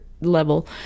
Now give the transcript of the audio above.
Level